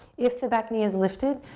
if the back knee is lifted.